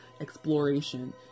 exploration